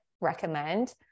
recommend